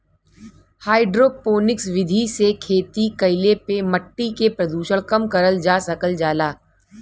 hydroponics विधि से खेती कईले पे मट्टी के प्रदूषण कम करल जा सकल जाला